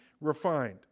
refined